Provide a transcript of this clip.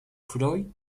freud